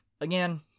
again